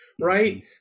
right